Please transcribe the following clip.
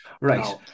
Right